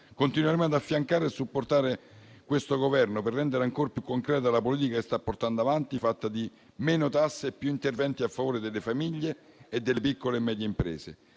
Continueremo ad affiancare e a supportare questo Governo, per rendere ancor più concreta la politica che sta portando avanti, fatta di meno tasse e più interventi a favore delle famiglie e delle piccole e medie imprese.